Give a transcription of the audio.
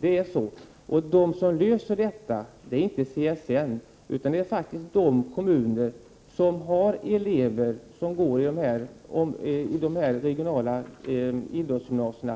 De som löser detta problem är inte CSN, utan det är de kommuner som har elever som går i de regionala idrottsgymnasierna.